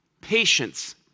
patience